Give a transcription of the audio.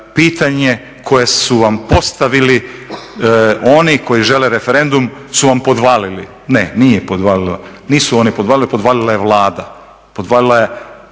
Pitanje koje su vam postavili oni koji žele referendum su vam podvalili, ne nije podvaljeno, nisu oni podvalili, podvalila je Vlada, podvalila je